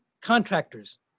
contractors